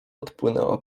odpłynęła